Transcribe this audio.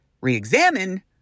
re-examine